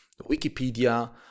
Wikipedia